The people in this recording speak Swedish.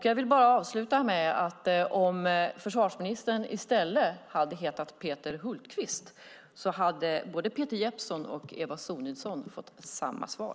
Jag vill avsluta med att säga att om försvarsministern i stället hade hetat Peter Hultqvist hade både Peter Jeppsson och Eva Sonidsson fått samma svar.